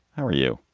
how are you?